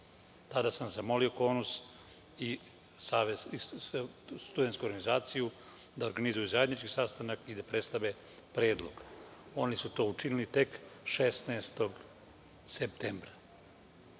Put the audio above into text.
tada sam zamolio KONUS i Studentsku organizaciju da organizuju zajednički sastanak i da predstave predlog. Oni su to učinili tek 16. septembra.